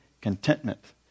contentment